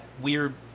weird